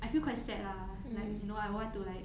I feel quite sad lah like you know I want to like